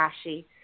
ashy